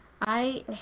I-